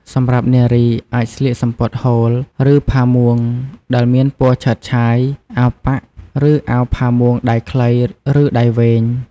សម្រាប់នារី អាចស្លៀកសំពត់ហូល ឬផាមួងដែលមានពណ៌ឆើតឆាយ អាវប៉ាក់ ឬអាវផាមួងដៃខ្លី ឬដៃវែង។